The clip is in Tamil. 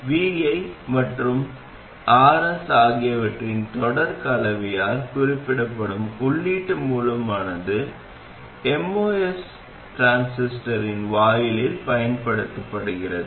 vi மற்றும் Rs ஆகியவற்றின் தொடர் கலவையால் குறிப்பிடப்படும் உள்ளீட்டு மூலமானது MOS டிரான்சிஸ்டரின் வாயிலில் பயன்படுத்தப்படுகிறது